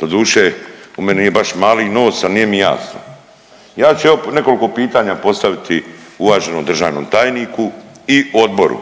Doduše, u mene nije baš mali nos, ali nije mi jasno. Ja u evo, nekoliko pitanja postaviti uvaženom državnom tajniku i Odboru